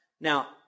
Now